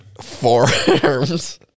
forearms